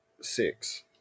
six